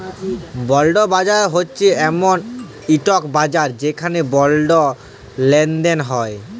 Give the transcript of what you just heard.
বল্ড বাজার হছে এমল ইকট বাজার যেখালে বল্ড লেলদেল হ্যয়